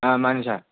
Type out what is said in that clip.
ꯑꯥ ꯃꯥꯅꯤ ꯁꯥꯔ